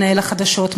מנהל החדשות,